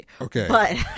Okay